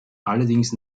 allerdings